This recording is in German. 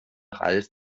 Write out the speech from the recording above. ralf